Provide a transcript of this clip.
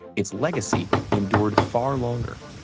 its legacy endured far longer.